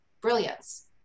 brilliance